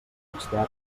extern